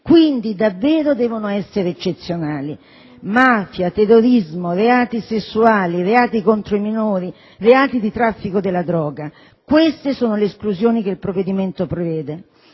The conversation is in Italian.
le esclusioni devono essere eccezionali. Mafia, terrorismo, reati sessuali, reati contro i minori, reati di traffico della droga: queste sono le esclusioni che il provvedimento prevede.